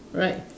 right